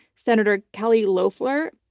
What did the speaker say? senator kelly loeffler,